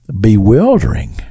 bewildering